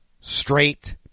straight